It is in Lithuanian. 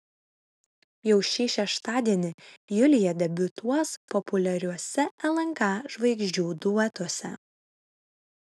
jau šį šeštadienį julija debiutuos populiariuose lnk žvaigždžių duetuose